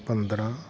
ਪੰਦਰ੍ਹਾਂ